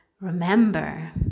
remember